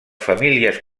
famílies